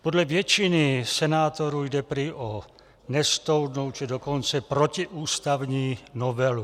Podle většiny senátorů jde prý o nestoudnou, či dokonce protiústavní novelu.